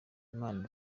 imana